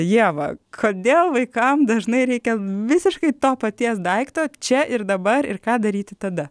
ieva kodėl vaikam dažnai reikia visiškai to paties daikto čia ir dabar ir ką daryti tada